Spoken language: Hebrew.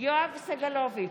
יואב סגלוביץ'